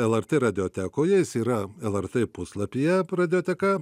lrt radiotekoje jis yra lrt puslapyje radioteka